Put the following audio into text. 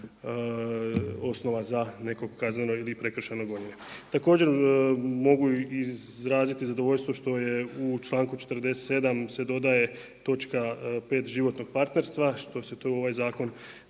osnova za neko kazneno ili prekršajno gonjenje. Također mogu izraziti zadovoljstvo što je u članku 47. se dodaje točke 5. životnog partnerstva, što se to također u ovaj zakon